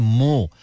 more